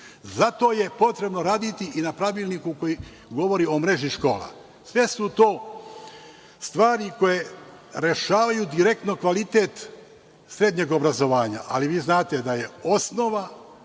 Zato je potrebno raditi i na pravilniku koji govori o mreži škola. Sve su to stvari koje rešavaju direktno kvalitet srednjeg obrazovanja, ali vi znate da je osnova